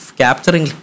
capturing